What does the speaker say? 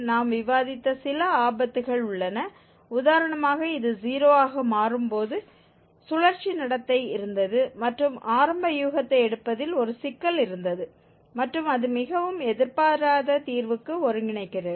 நாம் விவாதித்த சில ஆபத்துக்கள் உள்ளன உதாரணமாக இது 0 ஆக மாறும் போது சுழற்சி நடத்தை இருந்தது மற்றும் ஆரம்ப யூகத்தை எடுப்பதில் ஒரு சிக்கல் இருந்தது மற்றும் அது மிகவும் எதிர்பாராத தீர்வுக்கு ஒருங்கிணைக்கிறது